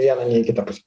vieną nei į kitą pusę